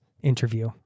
interview